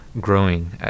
growing